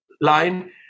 line